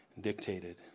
dictated